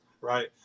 right